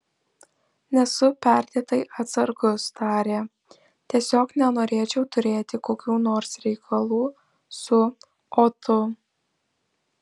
nesu perdėtai atsargus tarė tiesiog nenorėčiau turėti kokių nors reikalų su otu